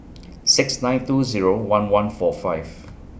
six nine two Zero one one four five